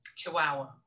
chihuahua